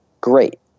great